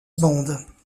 bond